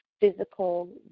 physical